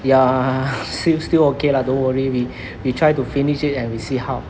ya still still okay lah don't worry we we try to finish it and we see how